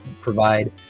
provide